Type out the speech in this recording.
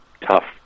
tough